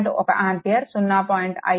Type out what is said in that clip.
1 ampere 0